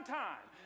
time